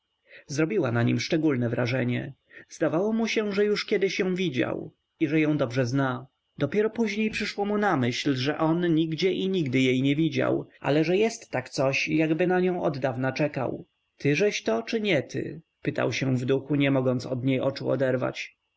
zrobiła na nim szczególne wrażenie zdawało mu się że już kiedyś ją widział i że ją dobrze zna dopiero później przyszło mu na myśl że on nigdzie i nigdy jej nie widział ale że jest tak coś jakby na nią oddawna czekał tyżeś to czy nie ty pytał się w duchu nie mogąc od niej oczu oderwać